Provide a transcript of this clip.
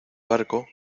barco